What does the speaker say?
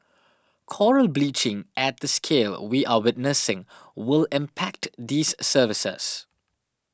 coral bleaching at the scale we are witnessing will impact these services